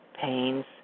pains